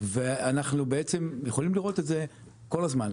ואנחנו יכולים לראות את זה כל הזמן.